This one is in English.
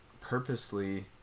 purposely